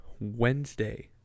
Wednesday